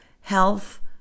health